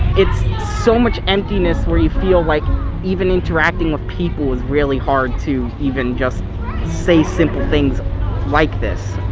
it's so much emptiness where you feel like even interacting with people is really hard to even just say simple things like this.